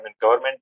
government